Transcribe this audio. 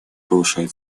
повышает